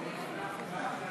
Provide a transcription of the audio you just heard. סיעת מרצ